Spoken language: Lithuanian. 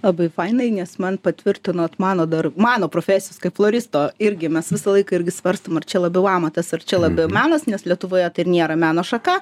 labai fainai nes man patvirtinot mano dar mano profesijos kaip floristo irgi mes visą laiką irgi svarstom ar čia labiau amatas ar čia labiau menas nes lietuvoje tai nėra meno šaka